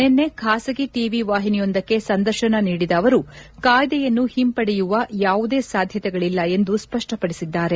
ನಿನ್ನೆ ಖಾಸಗಿ T V ವಾಹಿನಿಯೊಂದಕ್ಕೆ ಸಂದರ್ಶನ ನೀಡಿದ ಅವರು ಕಾಯ್ಲೆಯನ್ನು ಹಿಂಪಡೆಯುವ ಯಾವುದೇ ಸಾಧ್ಯತೆಗಳಿಲ್ಲ ಎಂದು ಸ್ವಷ್ಪಡಿಸಿದ್ದಾರೆ